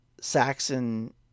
Saxon